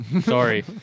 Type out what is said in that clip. Sorry